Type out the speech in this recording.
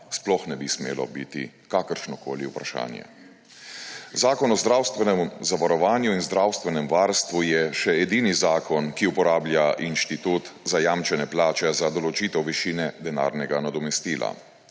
sploh ne bi smelo biti kakršnokoli vprašanje. Zakon o zdravstvenem zavarovanju in zdravstvenem varstvu je še edini zakon, ki uporablja inštitut zajamčene plače za določitev višine denarnega nadomestila.